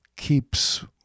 keeps